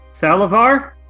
Salivar